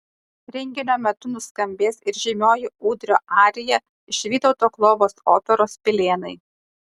renginio metu nuskambės ir žymioji ūdrio arija iš vytauto klovos operos pilėnai